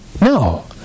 No